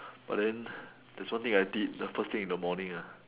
but then theres one thing I did first thing in the morning ah